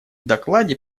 докладе